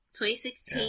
2016